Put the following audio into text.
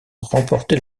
remporté